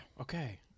okay